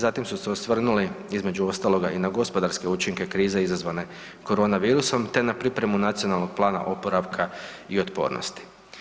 Zatim su se osvrnuli između ostaloga i na gospodarske učinke krize izazvane corona virusom, te na pripremu nacionalnog plana oporavka i otpornosti.